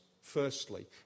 Firstly